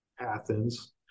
Athens